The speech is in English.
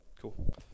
Cool